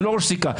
זה לא ראש סיכה.